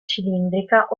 cilindrica